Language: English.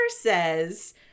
says